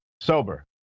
sober